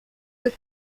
the